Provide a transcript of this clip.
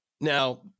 now